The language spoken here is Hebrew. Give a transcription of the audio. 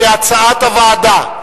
כהצעת הוועדה.